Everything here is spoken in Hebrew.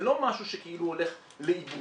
זה לא משהו שכאילו הולך לאיבוד.